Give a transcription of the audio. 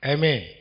Amen